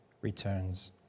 returns